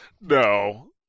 No